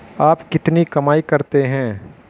आप कितनी कमाई करते हैं?